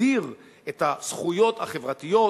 שתגדיר את הזכויות החברתיות,